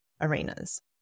arenas